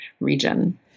region